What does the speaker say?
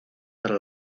para